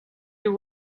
you